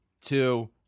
two